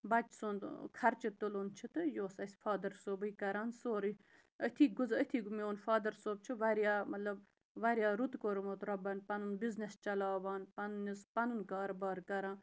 بَچہٕ سُنٛد خرچہٕ تُلُن چھِ تہٕ یہِ اوس اَسہِ فادَر صوبٕے کَران سورُے أتھی أتھی میون فادَر صوب چھِ واریاہ مطلب واریاہ رُت کوٚرمُت رۄبَن پَنُن بِزنِس چَلاوان پنٛنِس پَنُن کاربار کَران